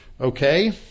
Okay